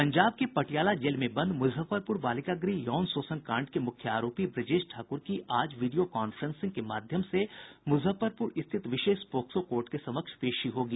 पंजाब के पटियाला जेल में बंद मुजफ्फरपुर बालिका गृह यौन शोषण कांड के मुख्य आरोपी ब्रजेश ठाकुर की आज वीडियो काफ्रेंसिंग के माध्यम से मुजफ्फरपुर स्थित विशेष पोक्सो कोर्ट के समक्ष पेशी होगी